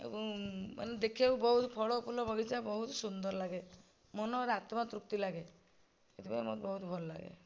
ଏବଂ ମାନେ ଦେଖିବାକୁ ବହୁତ ଫଳ ଫୁଲ ବଗିଚା ବହୁତ ସୁନ୍ଦର ଲାଗେ ମନର ଆତ୍ମା ତୃପ୍ତି ଲାଗେ ସେଥିପାଇଁ ମୋତେ ବହୁତ ଭଲ ଲାଗେ